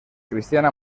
cristiana